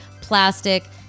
plastic